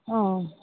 অঁ